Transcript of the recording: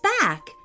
back